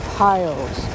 piles